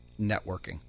networking